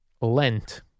Lent